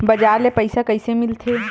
बजार ले पईसा कइसे मिलथे?